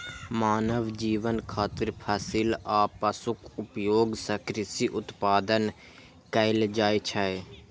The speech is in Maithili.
मानव जीवन खातिर फसिल आ पशुक उपयोग सं कृषि उत्पादन कैल जाइ छै